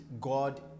God